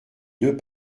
deux